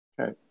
Okay